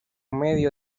medio